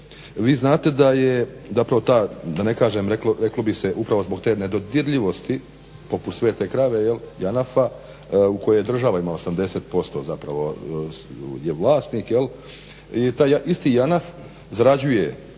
je zapravo ta, da ne kažem, reklo bi se upravo zbog te nedodirljivosti poput svete krave JANAF-a u kojoj država ima 80% zapravo je vlasnik i taj isti JANAF zarađuje